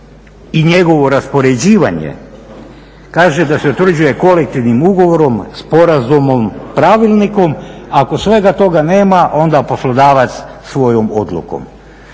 i njegovo raspoređivanje kaže da se utvrđuje kolektivnim ugovorom, sporazumom, pravilnikom. Ako svega toga nema onda poslodavac svojom odlukom.